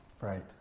Right